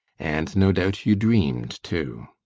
and no doubt you dreamed, too.